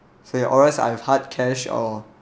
so ya or else I have hard cash or